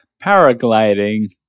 paragliding